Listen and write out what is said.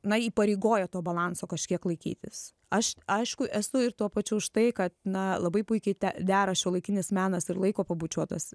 na įpareigoja to balanso kažkiek laikytis aš aišku esu ir tuo pačiu už tai kad na labai puikiai te dera šiuolaikinis menas ir laiko pabučiuotos